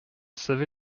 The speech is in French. savait